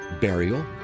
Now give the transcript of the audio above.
burial